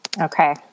Okay